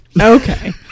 okay